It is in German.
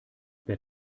wer